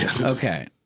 okay